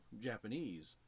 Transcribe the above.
Japanese